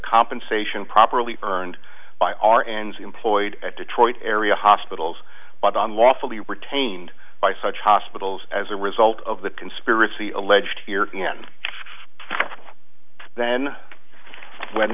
compensation properly earned by r n s employed at detroit area hospitals by the unlawfully retained by such hospitals as a result of the conspiracy alleged here and then when